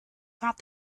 thought